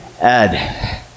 Ed